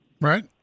Right